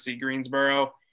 Greensboro